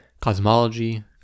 cosmology